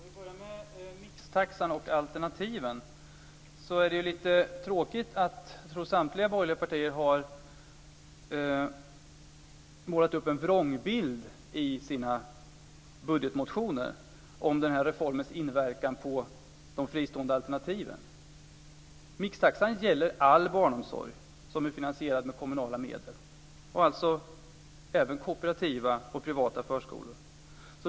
Herr talman! För att börja med mixtaxan och alternativen, är det lite tråkigt att samtliga borgerliga partier har målat upp en vrångbild i sina budgetmotioner om denna reforms inverkan på de fristående alternativen. Mixtaxan gäller all barnomsorg som är finansierad med kommunala medel, alltså även kooperativa och privata förskolor.